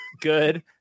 good